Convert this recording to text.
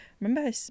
Remember